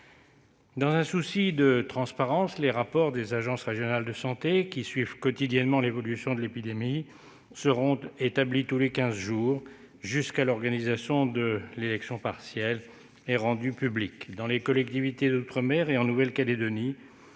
Dans un souci de transparence, les rapports des agences régionales de santé, qui suivent quotidiennement l'évolution de l'épidémie, seront établis et rendus publics tous les quinze jours jusqu'à l'organisation de l'élection partielle. Dans les collectivités d'outre-mer et en Nouvelle-Calédonie,